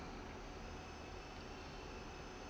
silent audio